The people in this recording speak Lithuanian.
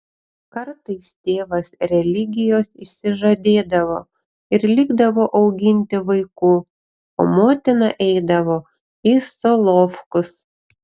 kartais tėvas religijos išsižadėdavo ir likdavo auginti vaikų o motina eidavo į solovkus